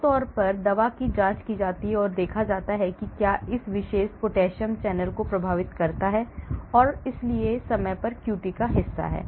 आम तौर पर दवा की जाँच की जाती है और देखा जाता है कि क्या यह इस विशेष potassium channel को प्रभावित करता है और इसलिए समय का QT हिस्सा है